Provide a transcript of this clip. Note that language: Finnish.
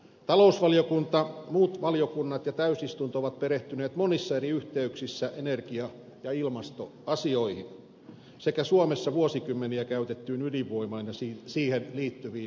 talousvaliokunta muut valiokunnat ja täysistunto ovat perehtyneet monissa eri yhteyksissä energia ja ilmastoasioihin sekä suomessa vuosikymmeniä käytettyyn ydinvoimaan ja siihen liittyviin ydinjätekysymyksiin